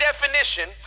definition